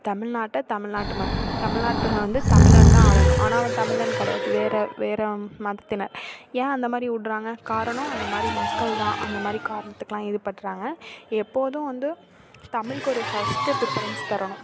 தமிழ்நாட்டை தமிழ்நாட்டு ம தமிழ்நாட்டை வந்து தமிழன்தான் ஆளணும் ஆனால் அவன் தமிழன் கிடையாது வேறே வேறே மதத்தினர் ஏன் அந்தமாதிரி விட்றாங்க காரணம் அந்தமாதிரி மக்கள்தான் அந்தமாதிரி காரணத்துகலாம் இதுப்படுறாங்க எப்போதும் வந்து தமிழுக்கு ஒரு பஸ்ட்டு பிர்ஃபரன்ஸ் தரணும்